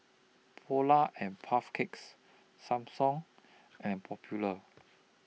Polar and Puff Cakes Samsung and Popular